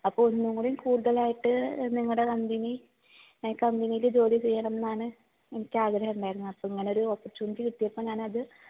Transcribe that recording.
അപ്പോൾ ഒന്നുംകൂടി കൂടുതലായിട്ട് നിങ്ങളുടെ കമ്പനി കമ്പനിയിൽ ജോലി ചെയ്യണമെന്നാണ് എനിക്ക് ആഗ്രഹം ഇണ്ടായിരുന്നത് അപ്പോൾ ഇങ്ങനെയൊരു ഓപ്പർച്യൂണിറ്റി കിട്ടിയപ്പോൾ ഞാനത്